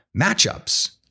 matchups